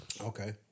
Okay